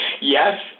yes